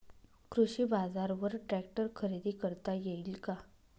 कृषी बाजारवर ट्रॅक्टर खरेदी करता येईल का?